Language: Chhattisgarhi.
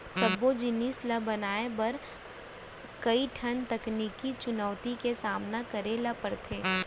सबो जिनिस ल बनाए बर कइ ठन तकनीकी चुनउती के सामना करे ल परथे